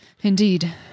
Indeed